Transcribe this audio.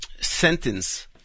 sentence